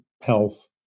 health